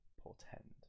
portend